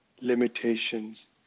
limitations